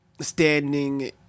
standing